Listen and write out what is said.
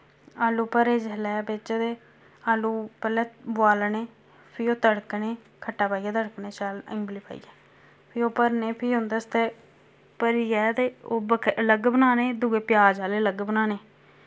आलू भरे जिसलै बिच्च ते आलू पैह्ले बोआलने फ्ही ओह् तड़कने खट्टा पाइयै तड़कने शैल इंबली पाइयै फ्ही ओह् भरने फ्ही उं'दे आस्तै भरियै ते ओह् बक्ख अलग बनाने दुए प्याज आह्ले अलग बनाने